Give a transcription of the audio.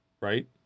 right